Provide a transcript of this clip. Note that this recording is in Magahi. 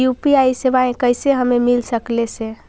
यु.पी.आई सेवाएं कैसे हमें मिल सकले से?